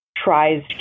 tries